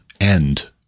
end